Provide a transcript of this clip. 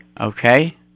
Okay